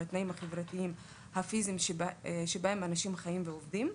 התנאים החברתיים והפיזיים שבהם אנשים חיים ועובדים,